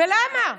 למה?